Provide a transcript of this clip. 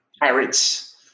pirates